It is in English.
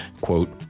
quote